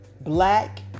black